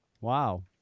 Wow